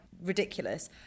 ridiculous